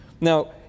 Now